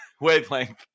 wavelength